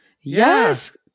Yes